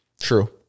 True